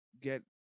get